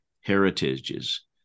heritages